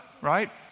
right